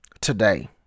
today